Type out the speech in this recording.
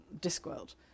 Discworld